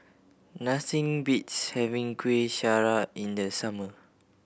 nothing beats having Kuih Syara in the summer